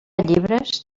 llibres